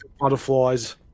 butterflies